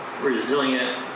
resilient